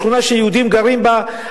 בשכונה שיהודים גרים בה,